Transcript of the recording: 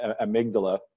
amygdala